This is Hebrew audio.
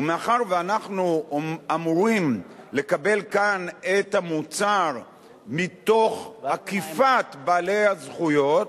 ומאחר שאנחנו אמורים לקבל כאן את המוצר מתוך עקיפת בעלי הזכויות,